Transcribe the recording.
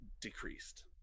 decreased